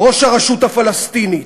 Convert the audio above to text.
ראש הרשות הפלסטינית.